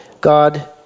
God